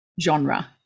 genre